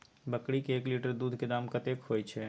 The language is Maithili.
बकरी के एक लीटर दूध के दाम कतेक होय छै?